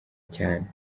cyane